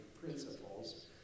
principles